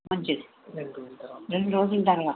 మంచిది రెండు రోజులు టైం కావలి